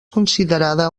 considerada